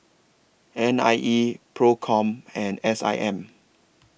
N I E PROCOM and S I M